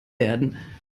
werden